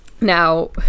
Now